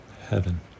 Heaven